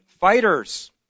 fighters